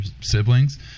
siblings